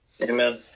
Amen